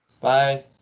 Bye